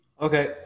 Okay